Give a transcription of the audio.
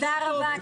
תודה רבה.